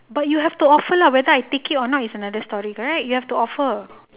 but you have to offer lah whether I take it or not is another story correct you have to offer